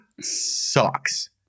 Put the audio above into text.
sucks